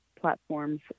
platforms